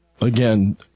again